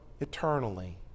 eternally